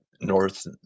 north